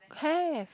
have